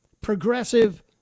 progressive